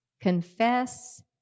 Confess